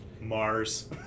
Mars